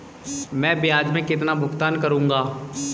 मैं ब्याज में कितना भुगतान करूंगा?